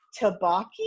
tabaki